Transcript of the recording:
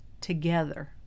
together